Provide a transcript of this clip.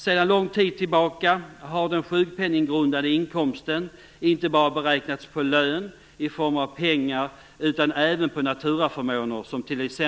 Sedan lång tid tillbaka har den sjukpenninggrudande inkomsten inte bara beräknats på lön i form av pengar, utan även på naturaförmåner som t.ex.